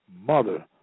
Mother